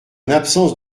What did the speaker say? l’absence